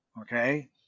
okay